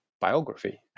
biography